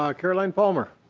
ah caroline palmer.